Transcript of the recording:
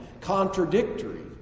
contradictory